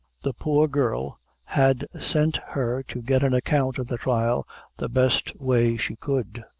the poor girl had sent her to get an account of the trial the best way she could,